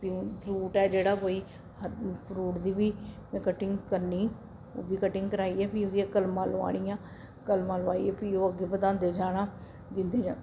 fruit ऐ जेह्ड़ा कोई फ्रूट दी बी में कटिंग करनी उब्भी कटिंग कराइयै फ्ही ओह्दियां कलमां लोआनियां कलमां लोआइयै फ्ही ओह् अग्गें बधांदे जाना दिंदे जाना